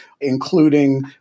including